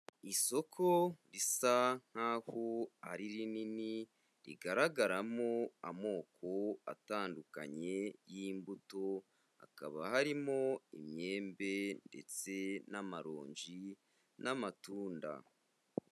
Isoko risa nkaho ari rinini rigaragaramo amoko atandukanye y'imbuto, hakaba harimo imyembe ndetse n'amaroji n'amatunda.